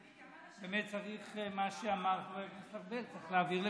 את מה שאמר חבר הכנסת ארבל באמת צריך להעביר לבדיקה.